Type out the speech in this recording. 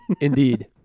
Indeed